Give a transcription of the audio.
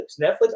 Netflix